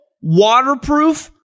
waterproof